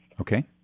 Okay